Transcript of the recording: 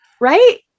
right